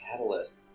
catalysts